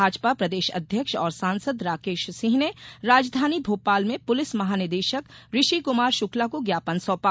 भाजपा प्रदेश अध्यक्ष और सांसद राकेश सिंह ने राजधानी भोपाल में पुलिस महानिदेशक ऋषि कुमार शुक्ला को ज्ञापन सौंपा